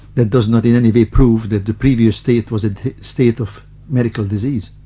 that does not in any way prove that the previous state was a state of medical disease.